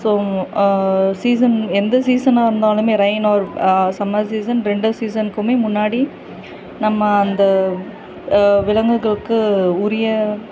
so season எந்த சீஸனாக இருந்தாலுமே ரெயின் ஆர் சம்மர் சீஸன் ரெண்டு சீஸனுக்குமே முன்னாடி நம்ம அந்த விலங்குகளுக்கு உரிய